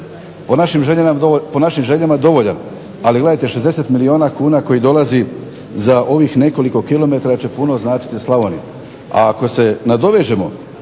po našim željama dovoljan, ali gledajte 60 milijuna kuna koji dolazi za ovih nekoliko kilometara će puno značiti Slavoniji. Ako se nadovežemo